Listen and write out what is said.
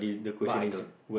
but I don't